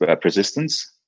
persistence